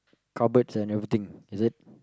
cupboards and everything is it